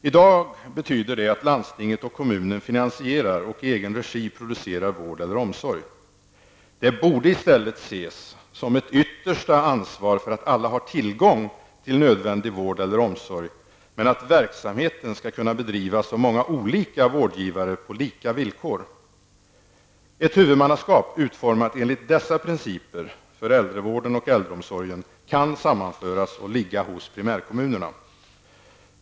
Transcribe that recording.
I dag betyder det att landstinget och kommunen finansierar och i egen regi producerar vård eller omsorg. Det borde i stället ses som ett yttersta ansvar för att alla har tillgång till nödvändig vård eller omsorg, men att verksamheten skall kunna bedrivas av många olika vårdgivare på lika villkor. Ett huvudmannaskap utformat enligt dessa principer för äldrevården och äldreomsorgen kan sammanföras och ligga hos primärkommunerna.